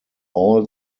all